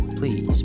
please